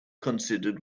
considered